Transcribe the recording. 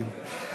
ליושבת-ראש, כן.